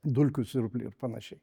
dulkių siurblį ir panašiai